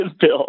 bill